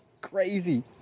crazy